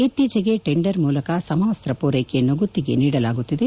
ಇತ್ತೀಚೆಗೆ ಟೆಂಡರ್ ಮೂಲಕ ಸಮವಸ್ತ ಪೂರೈಕೆಯನ್ನು ಗುತ್ತಿಗೆ ನೀಡಲಾಗುತ್ತಿದೆ